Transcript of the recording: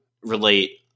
relate